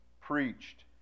preached